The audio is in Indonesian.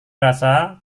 rasa